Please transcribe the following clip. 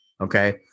Okay